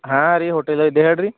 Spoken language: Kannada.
ಹಾಂ ರೀ ಹೋಟೆಲ್ ಇದ್ದೆ ಹೇಳ್ರಿ